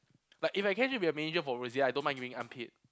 like if I catch it it'll be a major for rose I don't mind getting unpaid